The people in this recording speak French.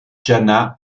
jana